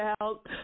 out